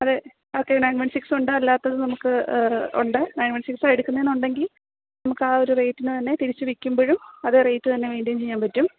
അത് okay nine one സിക്സുണ്ട് അല്ലാത്തത് നമുക്ക് ഉണ്ട് നൈന് വണ് സിക്സാണ് എടുക്കുന്നതെന്നുണ്ടെങ്കില് നമ്മള്ക്കാ ഒരു റേറ്റിനു തന്നെ തിരിച്ചുവയ്ക്കുമ്പോഴും അതേ റേറ്റ് തന്നെ മെയിന്റെയ്ന് ചെയ്യാന് പറ്റും